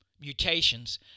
mutations